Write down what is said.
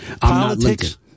Politics